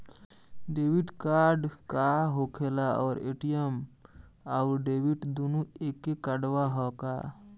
Debit card का होखेला और ए.टी.एम आउर डेबिट दुनों एके कार्डवा ह का?